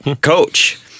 coach